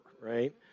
right